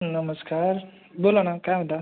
नमस्कार बोला ना काय म्हणता